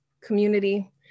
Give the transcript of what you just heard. community